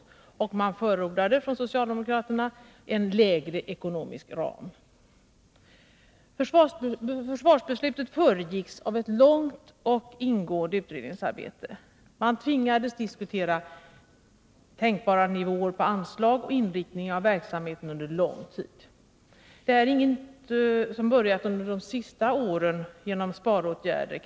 Socialdemokraterna förordade också en lägre ekonomisk ram. Försvarsbeslutet föregicks av ett långvarigt och ingående utredningsarbete. Man tvingades diskutera tänkbara nivåer på anslag och inriktning av verksamheten under lång tid. Dessa diskussioner har inte börjat under de senaste åren till följd av sparåtgärder.